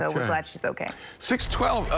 ah we're glad she's okay. six twelve.